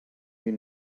you